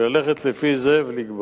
וללכת לפי זה ולקבוע.